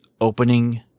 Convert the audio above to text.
opening